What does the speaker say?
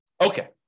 Okay